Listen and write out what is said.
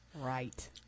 right